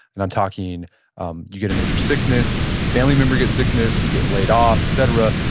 and i'm talking um you get a major sickness, family member gets sickness, you get laid off, etc.